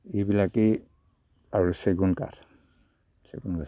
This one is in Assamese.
এইবিলাকেই আৰু চেগুন কাঠ চেগুন গছ